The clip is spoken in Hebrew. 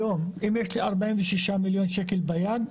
היום אם יש לי 46 מיליון שקל ביד,